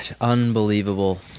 Unbelievable